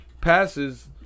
passes